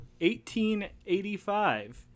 1885